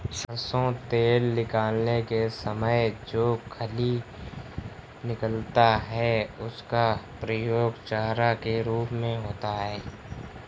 सरसों तेल निकालने के समय में जो खली निकलता है उसका प्रयोग चारा के रूप में होता है